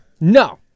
No